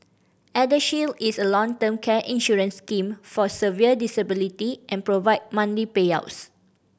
ElderShield is a long term care insurance scheme for severe disability and provide payouts